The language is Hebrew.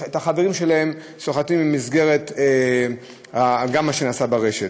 את החברים שלהם, במסגרת מה שנעשה ברשת.